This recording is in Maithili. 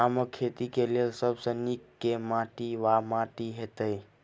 आमक खेती केँ लेल सब सऽ नीक केँ माटि वा माटि हेतै?